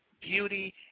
beauty